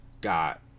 got